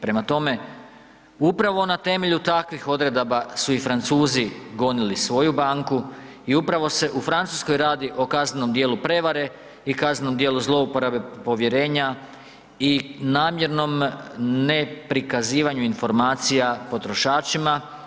Prema tome, upravo na temelju takvih odredaba su i Francuzi gonili svoju banku i upravo se u Francuskoj radi o kaznenom djelu prevare i kaznenom djelu zlouporabe povjerenja i namjernom ne prikazivanju informacija potrošačima.